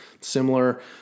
similar